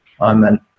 Amen